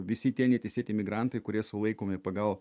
visi tie neteisėti imigrantai kurie sulaikomi pagal